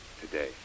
today